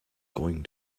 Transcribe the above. going